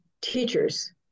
teachers